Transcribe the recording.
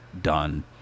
done